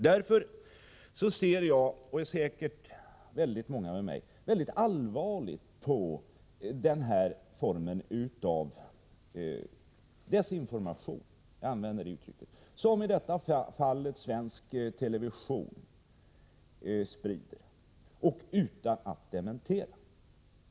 Därför ser jag, och säkert många med mig, mycket allvarligt på den här formen av desinformation — jag använder det uttrycket — som i detta fall svensk TV sprider utan att dementera.